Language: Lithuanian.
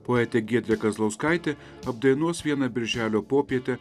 poetė giedrė kazlauskaitė apdainuos vieną birželio popietę